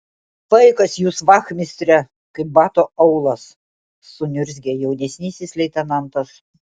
paikas jūs vachmistre kaip bato aulas suniurzgė jaunesnysis leitenantas